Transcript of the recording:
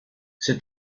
ces